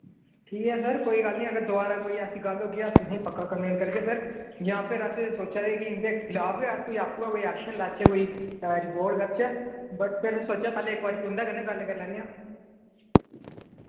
ठीक ऐ सर कोई गल्ल नि अगर दोबारा कोई ऐसी गल्ल होगी अस तुसें पक्का कम्प्लेन करगे सर जां फिर अस सोच्चा दे कि इं'दे खिलाफ गै अस कोई आप्पू गै कोई एक्शन लैचै कोई रिपोर्ट करचै बट फिर असैं सोचेआ पैह्लै इक बारी तुंदे कन्नै गल्ल कर लैन्ने आं